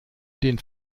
den